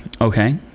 Okay